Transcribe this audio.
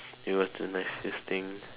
it was the nicest thing